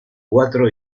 cuatro